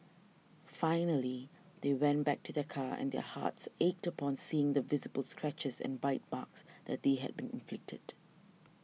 finally they went back to their car and their hearts ached upon seeing the visible scratches and bite marks that they had been inflicted